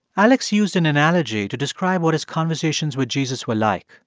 alex used an analogy to describe what his conversations with jesus were like.